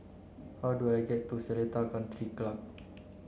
how do I get to Seletar Country Club